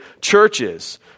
churches